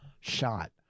shot